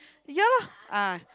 ya lah ah